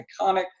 iconic